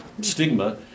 stigma